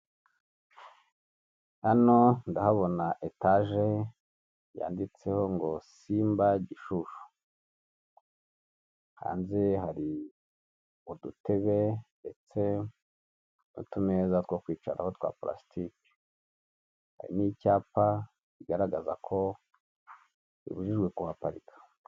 Hano ndahabona etage yanditseho ngo SIMBA Gishushu, hanze hari udutebe ndetse n'utumeza two kwicararaho twa pulasitiki, hari n'icyapa bigaragaza ko bibujijwe kuhaparika.